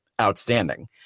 outstanding